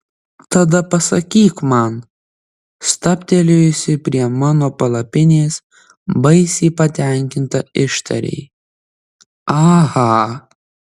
tada pasakyk man stabtelėjusi prie mano palapinės baisiai patenkinta ištarei aha